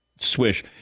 Swish